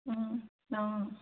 অঁ